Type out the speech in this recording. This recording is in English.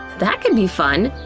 that could be fun!